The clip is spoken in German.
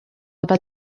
aber